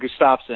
Gustafsson